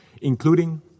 including